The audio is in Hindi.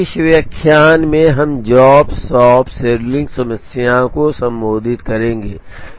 इस व्याख्यान में हम जॉब शॉप शेड्यूलिंग समस्या को संबोधित करेंगे